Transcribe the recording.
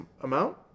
amount